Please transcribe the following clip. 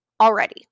already